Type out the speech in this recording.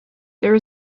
there